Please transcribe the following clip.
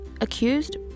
accused